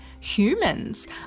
Humans